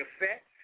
effect